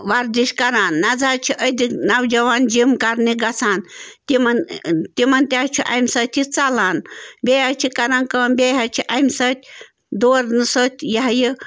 وَردِش کران نَزٕ حظ چھِ أزِکۍ نَوجَوان جِم کرنہِ گژھان تِمَن تِمَن تہِ حظ چھُ أمۍ سۭتۍ یہِ ژلان بیٚیہِ حظ چھِ کران کٲم بیٚیہِ حظ چھِ أمۍ سۭتۍ دورٕنہٕ سۭتۍ یِہ ہا یہِ